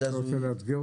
נמשיך בדיון,